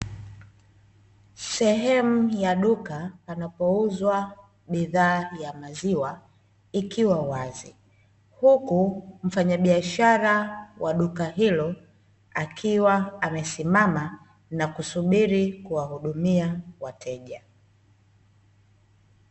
Sehemu ya duka panapouzwa bidhaa ya maziwa ikiwa wazi, huku mfanyabiashra wa duka hilo akiwa amesimama na kusubiri kuwahudumia wateja.